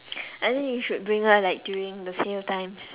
I think you should bring her like during the sale times